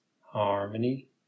Harmony